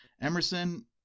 Emerson